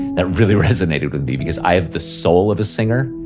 that really resonated with me. because i have the soul of a singer.